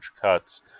cuts